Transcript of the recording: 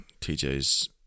TJ's